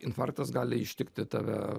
infarktas gali ištikti tave